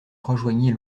rejoignit